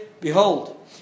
Behold